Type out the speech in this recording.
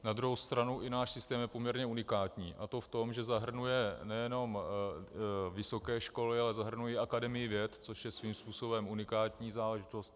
Na druhou stranu i náš systém je poměrně unikátní, a to v tom, že zahrnuje nejenom vysoké školy, ale zahrnuje Akademii věd, což je svým způsobem unikátní záležitost.